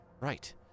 right